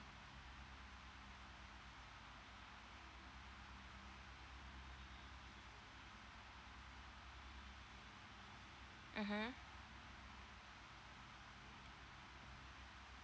mmhmm